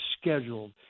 scheduled